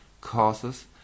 causes